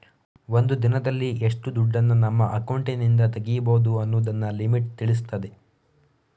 ಒಂದು ದಿನದಲ್ಲಿ ಎಷ್ಟು ದುಡ್ಡನ್ನ ನಮ್ಮ ಅಕೌಂಟಿನಿಂದ ತೆಗೀಬಹುದು ಅನ್ನುದನ್ನ ಲಿಮಿಟ್ ತಿಳಿಸ್ತದೆ